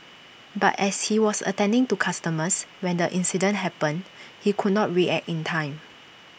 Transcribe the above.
but as he was attending to customers when the incident happened he could not react in time